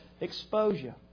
exposure